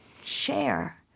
share